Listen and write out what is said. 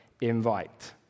invite